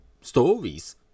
stories